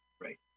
right